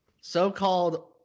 so-called